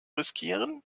riskieren